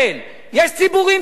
יש ציבורים שונים,